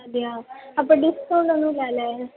അതെയോ അപ്പോൾ ഡിസ്കൗണ്ട് ഒന്നുമില്ലല്ലേ